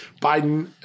Biden